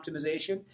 optimization